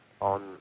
on